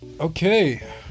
Okay